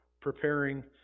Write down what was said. preparing